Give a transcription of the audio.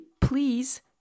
please